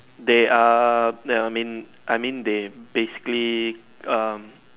they are ya I mean I mean they basically um